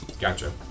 Gotcha